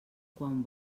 quan